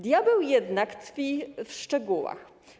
Diabeł jednak tkwi w szczegółach.